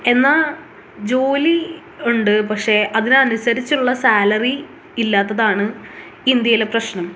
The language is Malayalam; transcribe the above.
എന്നാൽ ജോലി ഉണ്ട് പക്ഷെ അതിനനുസരിച്ചുള്ള സാലറി ഇല്ലാത്തതാണ് ഇന്ത്യയിലെ പ്രശ്നം